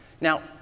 Now